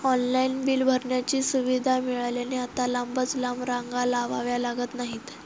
online bill भरण्याची सुविधा मिळाल्याने आता लांबच लांब रांगा लावाव्या लागत नाहीत